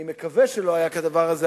אני מקווה שלא היה כדבר הזה,